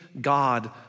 God